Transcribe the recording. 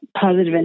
positive